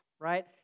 right